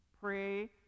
pray